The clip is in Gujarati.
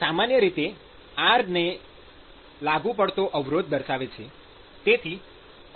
સામાન્ય રીતે R એ લાગુ પડતો અવરોધ દર્શાવે છે